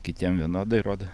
kitiem vienodai rodo